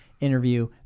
interview